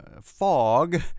fog